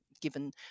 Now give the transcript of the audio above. given